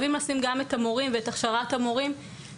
כל מי שישבתי אתו עד היום בממשלה,